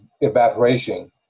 evaporation